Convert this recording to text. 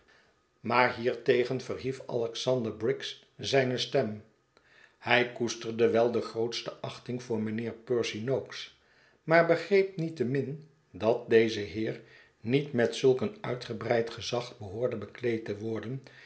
maar hiertegen verhief alexander briggs zijne stem hij koesterde wel de grootste achting voor mijnheer percy nokes maar begreep niettemin dat deze heer niet met zulk een uitgebreid gezag behoorde bekleed te worden